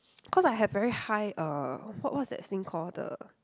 cause I have very high uh what what's that thing called the